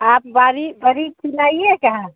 आप बड़ी बड़ी खिलाइएगा